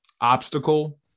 obstacle